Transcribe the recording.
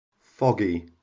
foggy